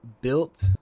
built